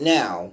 now